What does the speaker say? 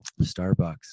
Starbucks